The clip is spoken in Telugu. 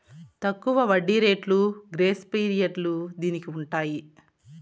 తక్కువ వడ్డీ రేట్లు గ్రేస్ పీరియడ్లు దీనికి ఉంటాయి